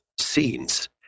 scenes